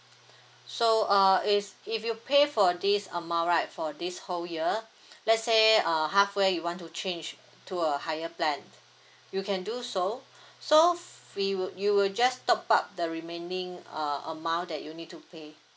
so err it's if you pay for this amount right for this whole year let's say err half way you want to change to a higher plan you can do so so we will you will just top up the remaining err amount that you need to pay